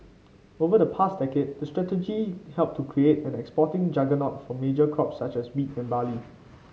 over the past decade that strategy helped to create an exporting juggernaut for major crops such as wheat and barley